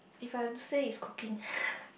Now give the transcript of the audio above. if I have to say is cooking